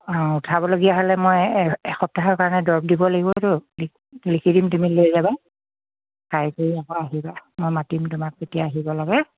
অঁ উঠাবলগীয়া হ'লে মই এ এসপ্তাহৰ কাৰণে দৰৱ দিব লাগিবতো লিখি দিম তুমি লৈ যাবা খাই কৰি আকৌ আহিবা মই মাতিম তোমাক কেতিয়া আহিব লাগে